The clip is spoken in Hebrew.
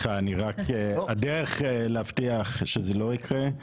הדרך להבטיח שזה לא יקרה,